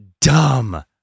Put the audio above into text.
dumb